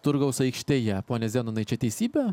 turgaus aikštėje pone zenonai čia teisybė